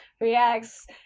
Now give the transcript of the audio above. reacts